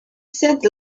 said